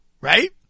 right